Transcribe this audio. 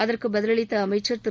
அகுற்கு பதிலளித்த அமைச்சர் திரு